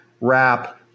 wrap